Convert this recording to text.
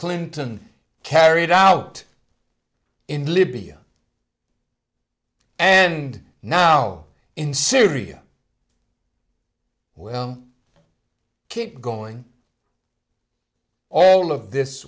clinton carried out in libya and now in syria will keep going all of this